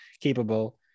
capable